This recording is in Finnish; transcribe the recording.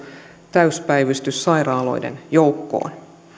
täyspäivystyssairaaloiden joukkoon